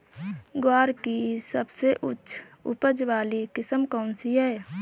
ग्वार की सबसे उच्च उपज वाली किस्म कौनसी है?